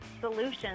Solutions